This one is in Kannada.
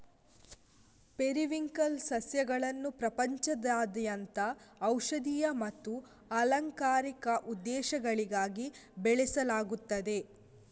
ಪೆರಿವಿಂಕಲ್ ಸಸ್ಯಗಳನ್ನು ಪ್ರಪಂಚದಾದ್ಯಂತ ಔಷಧೀಯ ಮತ್ತು ಅಲಂಕಾರಿಕ ಉದ್ದೇಶಗಳಿಗಾಗಿ ಬೆಳೆಸಲಾಗುತ್ತದೆ